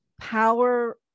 power